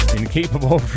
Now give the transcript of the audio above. incapable